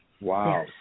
Wow